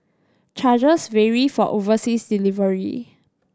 charges vary for overseas delivery